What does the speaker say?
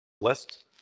list